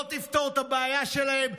לא תפתור את הבעיה שלהם,